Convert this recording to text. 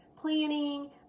planning